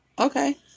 Okay